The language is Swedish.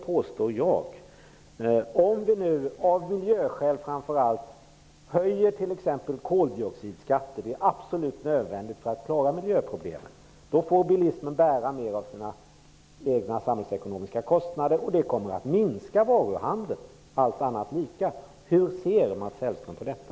Om vi nu t.ex. av miljöskäl höjer koldioxidskatten - en absolut nödvändig åtgärd om vi skall klara miljöproblemen - då får bilismen bära mera av sina egna samhällsekonomiska kostnader samtidigt som varuhandeln minskar - allt annat är lika. Hur ser Mats Hellström på detta?